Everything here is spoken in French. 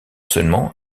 seulement